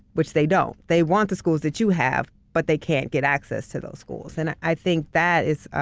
which they don't. they want the schools that you have but they can't get access to those schools. and i think that is,